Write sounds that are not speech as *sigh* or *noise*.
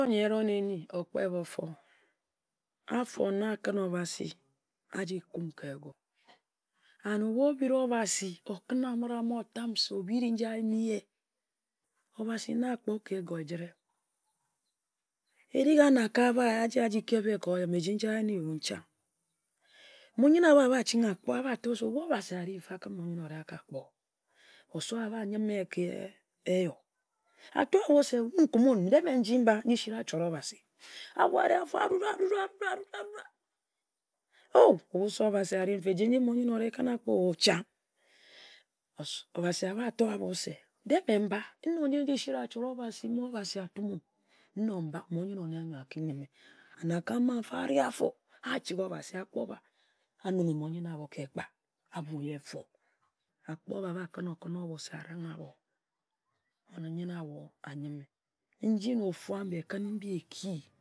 Yii ehronani, okpe bofor na akǝn Obasi aji kumm ka egor. And *unintelligible* ohbo obiri Obasi, okǝn a migt ahma otam ka se akǝn a migt ahma oyen nji ayimi-yeh. Obasina akpor ka egor ejitre erig anakae abhi a ji aji keb-ye ka oyim, eji nji a yenni-yeh-o, chang mon-ni nyen abho ahba ching akpor, ator se ohbu Obasi ahri-mfa kǝn moni-nyen ohrie kǝn akpor. Osowor ahba yimi yeh ka eyoh. Ator ahbo se wun kumun, de-e mme nji-mba nji siri achot oba si. Ahbo ari-afo ahru-ra ahru-ra ahru-ra oh ohbu se Obasi ari-fa eji moni-nyen ore kǝn akpor-o chang. Obasi ahba tor ahbor se, de-e mme mba nkok nji siri achot Obasi mme Obasi atum-m nok mbak, moni nyen-o-ne aki yimmen anakae ah ma ari afo achigha Obasi, akpor ba, a nunghe moni-nyen ahbo ka ekpa a bu yeh efu. Akpor ba, a kǝn ohbo arang-yeh moni-nyen ahbo ayimme. Nnji na ofu ambi ekǝn-ne mbi eki.